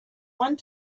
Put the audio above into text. one